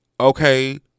okay